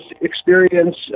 experience